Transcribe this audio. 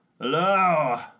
hello